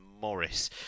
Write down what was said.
Morris